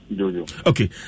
Okay